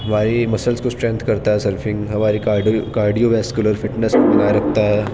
ہماری مسلس کو اسٹرنتھ کرتا ہے سرفنگ ہماری کارڈیو کارڈیو ویسکولر فٹنس کو بنائے رکھتا ہے